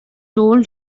told